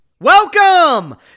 Welcome